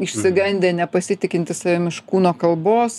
išsigandę nepasitikintys savim iš kūno kalbos